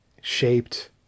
shaped